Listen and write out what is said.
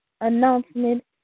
announcement